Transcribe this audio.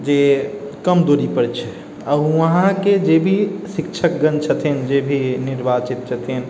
जे कम दूरीपर छै आओर वहाँके जे भी शिक्षक गण छथिन जे भी निर्वाचित छथिन